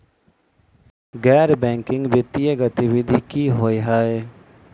गैर बैंकिंग वित्तीय गतिविधि की होइ है?